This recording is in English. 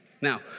Now